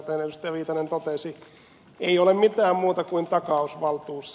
viitanen totesi ei ole mitään muuta kuin takausvaltuus